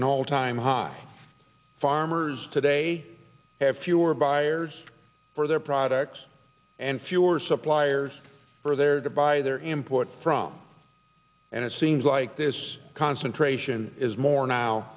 an all time high farmers today have fewer buyers for their products and fewer suppliers for their to buy their imports from and it seems like there's concentration is more now